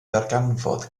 ddarganfod